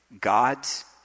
God's